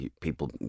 people